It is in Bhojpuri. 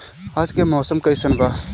आज के मौसम कइसन बा?